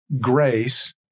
grace